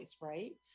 right